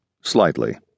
slightly